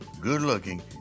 good-looking